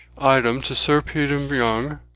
item, to sir peter young,